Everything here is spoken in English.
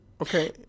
Okay